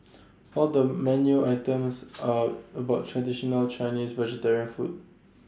all the menu items are about traditional Chinese vegetarian food